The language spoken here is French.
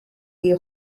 les